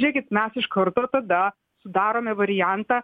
žiūrėkit mes iš karto tada sudarome variantą